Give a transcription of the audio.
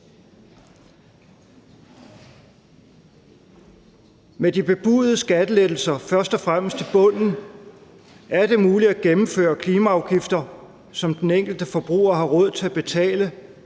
Med de bebudede skattelettelser, først og fremmest i bunden, er det muligt at gennemføre klimaafgifter, som den enkelte forbruger har råd til at betale,